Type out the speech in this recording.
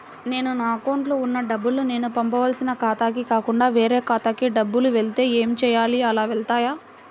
నేను నా అకౌంట్లో వున్న డబ్బులు నేను పంపవలసిన ఖాతాకి కాకుండా వేరే ఖాతాకు డబ్బులు వెళ్తే ఏంచేయాలి? అలా వెళ్తాయా?